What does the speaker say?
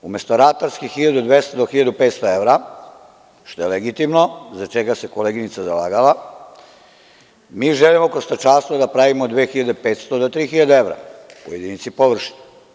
Umesto ratarskih 1200 do 1500 evra, što je legitimno, za šta se koleginica zalagala, mi želimo kroz stočarstvo da pravimo 2.500 do 3.000 evra po jedinici površine.